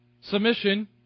submission